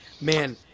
Man